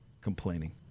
complaining